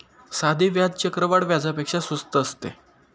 साधे व्याज चक्रवाढ व्याजापेक्षा स्वस्त असते